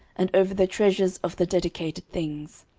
and over the treasures of the dedicated things.